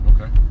Okay